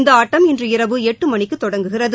இந்தஆட்டம் இன்று இரவு எட்டுமணிக்குதொடங்குகிறது